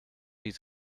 his